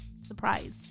surprise